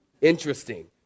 Interesting